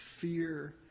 fear